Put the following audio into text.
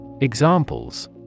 Examples